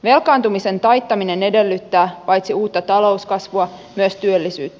velkaantumisen taittaminen edellyttää paitsi uutta talouskasvua myös työllisyyttä